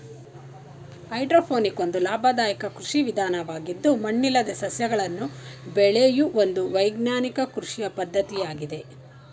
hydroponic ಒಂದು ಲಾಭದಾಯಕ ಕೃಷಿ ವಿಧಾನವಾಗಿದ್ದು ಮಣ್ಣಿಲ್ಲದೆ ಸಸ್ಯಗಳನ್ನು ಬೆಳೆಯೂ ಒಂದು ವೈಜ್ಞಾನಿಕ ಕೃಷಿ ಪದ್ಧತಿಯಾಗಿದೆ